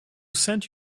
sent